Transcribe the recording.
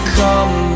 come